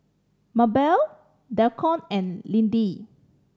Mabelle Deacon and Lindy